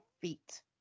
feet